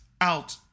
out